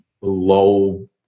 low